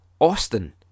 Austin